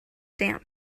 damp